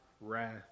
wrath